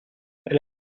elle